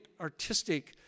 artistic